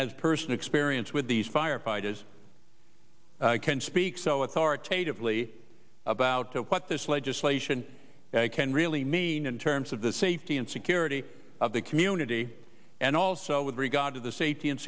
has person experience with these firefighters can speak so authoritatively about what this legislation can really mean in terms of the safety and security of the community and also with regard to the safety and